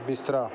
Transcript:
ਬਿਸਤਰਾ